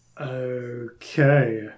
Okay